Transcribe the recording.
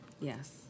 Yes